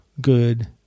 good